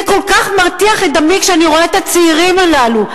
זה כל כך מרתיח את דמי כשאני רואה את הצעירים הללו,